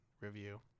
review